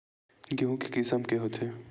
गेहूं के किसम के होथे?